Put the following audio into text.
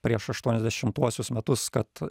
prieš aštuoniasdešimtuosius metus kad